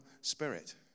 spirit